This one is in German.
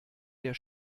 der